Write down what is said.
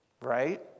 right